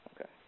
Okay